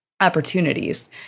opportunities